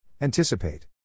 Anticipate